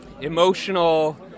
emotional